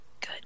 Good